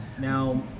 Now